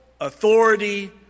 Authority